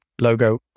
logo